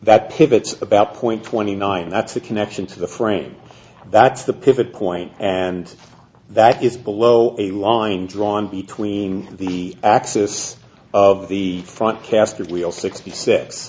that pivots about point twenty nine that's the connection to the frame that's the pivot point and that is below a line drawn between the axis of the front caster wheel sixty six